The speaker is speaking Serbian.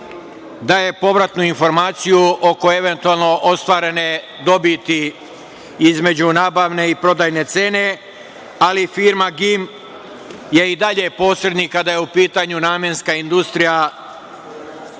daje povratnu informaciju oko eventualno ostvarene dobiti između nabavne i prodajne cene, ali firma „GIM“ je i dalje posrednik kada je u pitanju Namenska industrija